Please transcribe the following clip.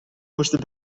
moesten